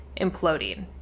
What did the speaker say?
imploding